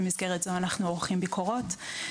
במסגרת זו אנחנו עורכים ביקורות,